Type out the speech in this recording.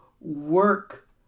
work